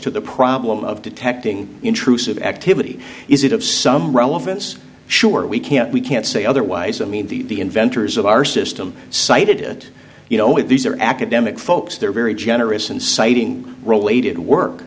to the problem of detecting intrusive activity is it of some relevance sure we can't we can't say otherwise i mean the inventors of our system cited you know if these are academic folks they're very generous in citing related work